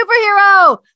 superhero